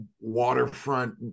waterfront